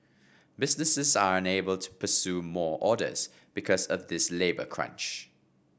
businesses are unable to pursue more orders because of this labour crunch